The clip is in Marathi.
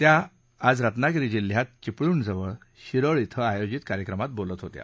त्या आज रत्नागिरी जिल्ह्यात चिपळूणजवळ शिरळ इथं आयोजित कार्यक्रमात बोलत होत्या